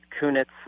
Kunitz